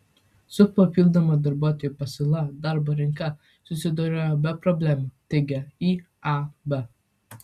su papildoma darbuotojų pasiūla darbo rinka susidorojo be problemų teigia iab